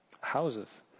houses